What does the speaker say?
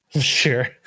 Sure